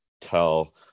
tell